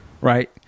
Right